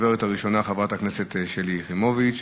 הדוברת הראשונה חברת הכנסת שלי יחימוביץ,